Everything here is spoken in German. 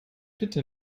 bitte